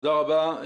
תודה רבה.